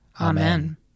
Amen